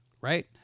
Right